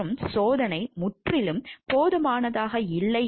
மற்றும் சோதனை முற்றிலும் போதுமானதாக இல்லை